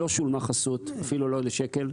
לא שולמה חסות, אפילו לא שקל.